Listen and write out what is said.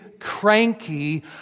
cranky